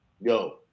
yo